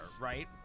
right